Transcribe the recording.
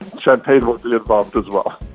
champagne will be involved as well